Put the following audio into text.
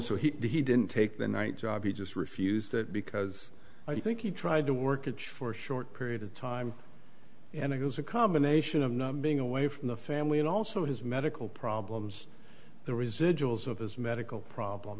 also he didn't take the night job he just refused it because i think he tried to work it for a short period of time and it was a combination of not being away from the family and also his medical problems the residuals of his medical problem